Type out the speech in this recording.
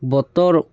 বতৰ